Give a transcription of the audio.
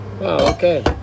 okay